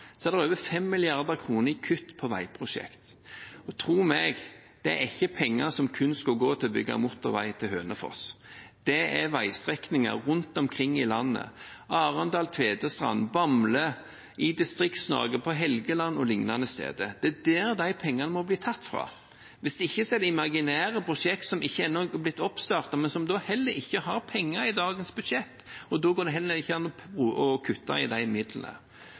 er det over 5 mrd. kr i kutt i veiprosjekter. Og tro meg – det er ikke penger som kun skal gå til å bygge motorvei til Hønefoss. Det gjelder veistrekninger rundt omkring i landet, Arendal–Tvedestrand, i Bamble – i Distrikts-Norge – på Helgeland og lignende steder. Det er der de pengene må bli tatt fra. Hvis ikke er det imaginære prosjekter som ennå ikke er blitt startet opp, men som heller ikke har fått penger i dagens budsjett. Da går det heller ikke an å kutte i de midlene.